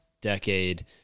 decade